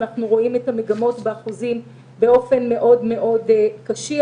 אנחנו רואים את המגמות באחוזים באופן מאוד מאוד קשיח.